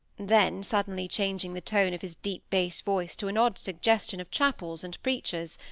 then, suddenly changing the tone of his deep bass voice to an odd suggestion of chapels and preachers,